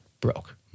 broke